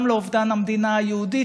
גם לאובדן המדינה היהודית,